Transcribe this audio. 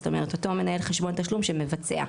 זאת אומרת אותו מנהל חשבון תשלום שמבצע.